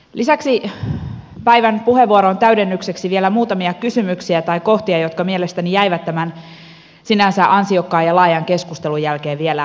lisäksi päivän puheenvuoroon täydennykseksi vielä muutamia kysymyksiä tai kohtia jotka mielestäni jäivät tämän sinänsä ansiokkaan ja laajan keskustelun jälkeen vielä epäselviksi